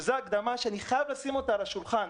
שזאת הקדמה שאני חייב לשים אותה על השולחן,